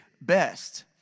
best